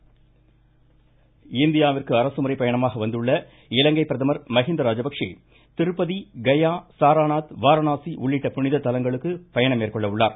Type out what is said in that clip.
மகிந்தா ராஜபக்ஷே இந்தியாவிந்கு அரசுமுறை பயணமாக வந்துள்ள இலங்கை பிரதமர் மகிந்தா ராஜபக்ஷே திருப்பதி கயா சாரநாத் வாரணாசி உள்ளிட்ட புனித தலங்களுக்குப் பயணம் மேற்கொள்ள உள்ளார்